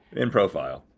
in profile.